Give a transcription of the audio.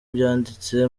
byanditse